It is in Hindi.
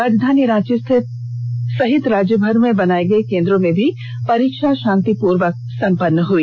राजधानी रांची सहित राज्यभर के बनाए गए केन्द्रों में भी परीक्षा शांतिपूर्ण संपन्न हुई